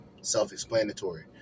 Self-explanatory